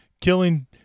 killing